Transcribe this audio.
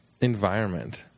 environment